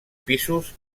pisos